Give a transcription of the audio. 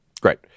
Great